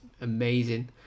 amazing